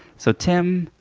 so tim,